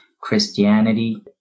Christianity